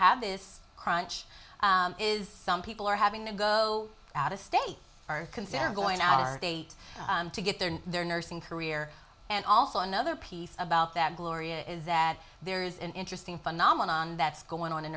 have this crunch is some people are having to go out of state or consider going our way to get there in their nursing career and also another piece about that gloria is that there's an interesting phenomenon that's going on in